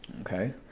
Okay